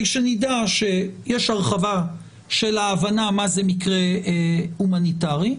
שנדע שיש הרחבה של ההבנה מה זה מקרה הומניטרי .